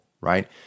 right